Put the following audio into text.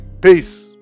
Peace